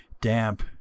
damp